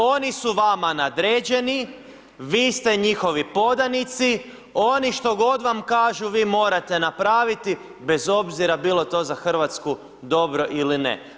Oni su vama nadređeni, vi ste njihovi podanici, oni što god vam kažu, vi morate napraviti bez obzira bilo to za Hrvatsku dobro ili ne.